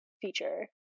feature